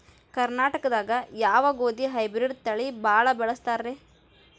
ಕರ್ನಾಟಕದಾಗ ಯಾವ ಗೋಧಿ ಹೈಬ್ರಿಡ್ ತಳಿ ಭಾಳ ಬಳಸ್ತಾರ ರೇ?